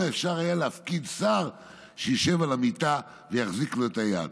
היה אפשר להפקיד שר שישב ליד המיטה ויחזיק לו את היד".